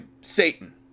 Satan